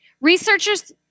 Researchers